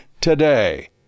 today